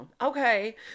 okay